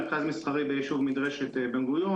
מרכז מסחרי ביישוב מדרשת בן גוריון,